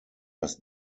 das